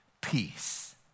peace